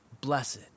Blessed